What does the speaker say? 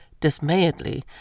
dismayedly